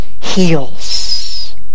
heals